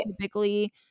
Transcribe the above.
typically